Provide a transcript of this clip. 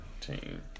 team